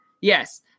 Yes